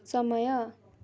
समय